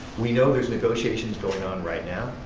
we know there's negotiations going on right now.